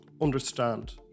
understand